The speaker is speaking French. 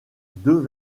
deux